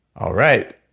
all right.